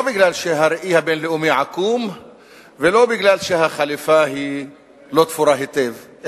לא מפני שהראי הבין-לאומי עקום ולא מפני שהחליפה לא תפורה היטב,